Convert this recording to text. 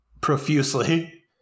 Profusely